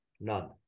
none